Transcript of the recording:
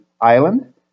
island